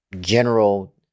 general